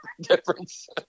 difference